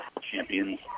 champions